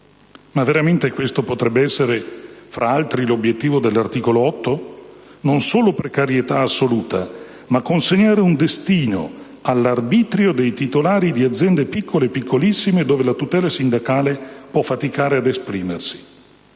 Ma veramente questo potrebbe essere, fra gli altri, l'obbiettivo dell'articolo 8? Non solo precarietà assoluta, ma consegnare un destino all'arbitrio dei titolari di aziende piccole e piccolissime, dove la tutela sindacale può faticare ad esprimersi.